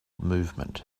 movement